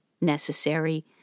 necessary